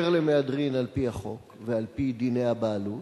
למהדרין על-פי החוק ועל-פי דיני הבעלות,